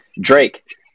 Drake